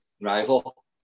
rival